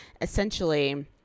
essentially